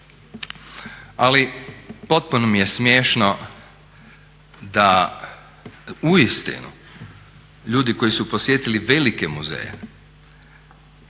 Ali potpuno mi je smiješno da uistinu ljudi koji su posjetili velike muzeje